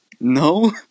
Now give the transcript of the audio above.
No